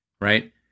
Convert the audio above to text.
right